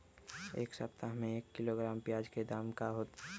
एक सप्ताह में एक किलोग्राम प्याज के दाम का होई?